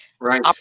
Right